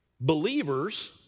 believers